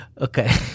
Okay